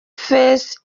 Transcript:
face